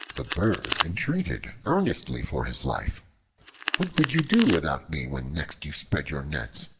the bird entreated earnestly for his life what would you do without me when next you spread your nets?